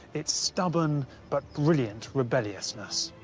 its stubborn but brilliant rebelliousness.